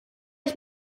ich